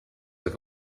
i’ve